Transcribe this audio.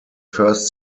first